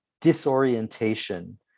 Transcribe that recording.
disorientation